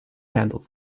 handle